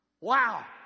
Wow